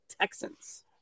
Texans